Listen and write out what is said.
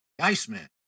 Iceman